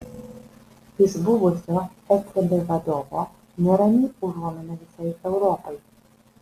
iš buvusio ecb vadovo nerami užuomina visai europai